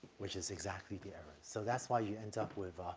which is exactly the error. so that's why you end up with a,